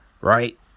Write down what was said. Right